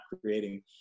creating